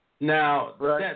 Now